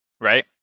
Right